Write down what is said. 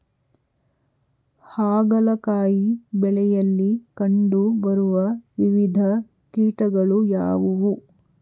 ಹಾಗಲಕಾಯಿ ಬೆಳೆಯಲ್ಲಿ ಕಂಡು ಬರುವ ವಿವಿಧ ಕೀಟಗಳು ಯಾವುವು?